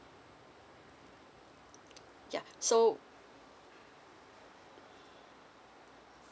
ya so